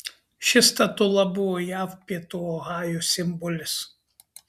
ši statula buvo jav pietų ohajo simbolis